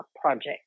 project